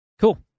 Cool